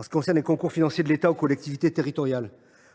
S’agissant des concours financiers de l’État aux collectivités territoriales,